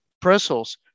Brussels